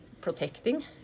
protecting